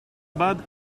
bad